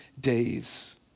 days